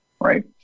right